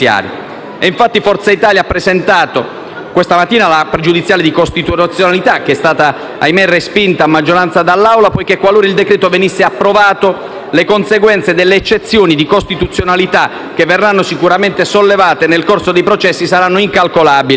Infatti, Forza Italia ha presentato questa mattina una pregiudiziale di costituzionalità, che è stata ahimè respinta a maggioranza dall'Assemblea, poiché, qualora il decreto-legge venisse convertito, le conseguenze delle eccezioni di costituzionalità, che verranno sicuramente sollevate nel corso dei processi, saranno incalcolabili.